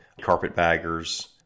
Carpetbaggers